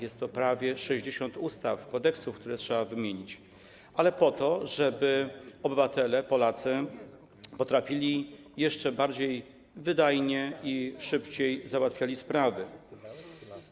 Jest to prawie 60 ustaw, kodeksów, które trzeba zmienić, ale po to, żeby obywatele, Polacy potrafili jeszcze wydajniej i szybciej załatwiać sprawy.